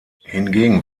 hingegen